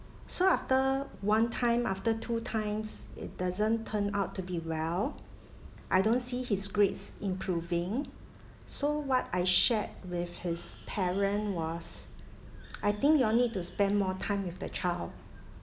so after one time after two times it doesn't turn out to be well I don't see his grades improving so what I shared with his parent was I think you all need to spend more time with the child